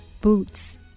Boots